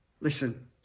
Listen